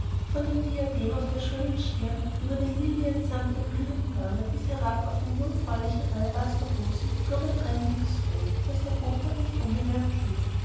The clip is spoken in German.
von dem diadem auf der schönen stirne über den liliensamt der blühenden wange bis herab auf den jungfräulichen alabasterbusen flog ein brennendes rot das der hofrat nicht unbemerkt ließ